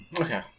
Okay